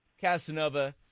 Casanova